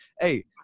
hey